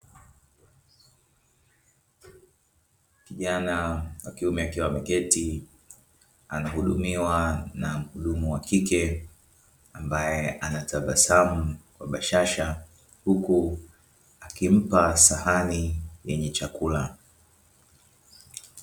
Kijana wa kiume akiwa ameketi anahudumiwa na muhudumu wa kike ambaye anatabasamu kwa bashaha, huku akimpa sahani yenye chakula.